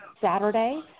Saturday